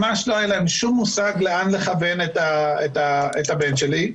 ממש לא היה להם שום מושג לאן לכוון את הבן שלי.